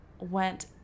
went